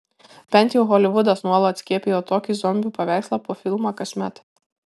bent jau holivudas nuolat skiepijo tokį zombių paveikslą po filmą kasmet